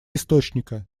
источника